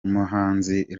umuhanzi